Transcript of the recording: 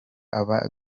aba